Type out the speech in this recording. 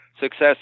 success